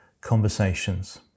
conversations